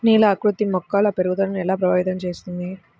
నేల ఆకృతి మొక్కల పెరుగుదలను ఎలా ప్రభావితం చేస్తుంది?